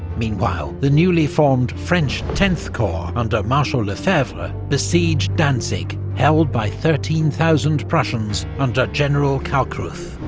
meanwhile, the newly-formed french tenth corps under marshal lefebvre besieged danzig, held by thirteen thousand prussians under general kalkreuth.